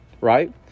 Right